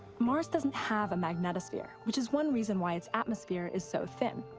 mars doesn't have a magnetosphere, which is one reason why its atmosphere is so thin.